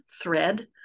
thread